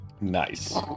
Nice